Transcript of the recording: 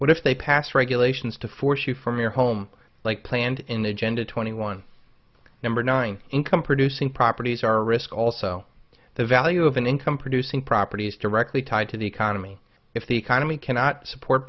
what if they pass regulations to force you from your home like planned in agenda twenty one number nine income producing properties are risk also the value of an income producing property is directly tied to the economy if the economy cannot support